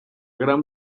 gran